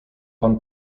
pan